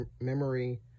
memory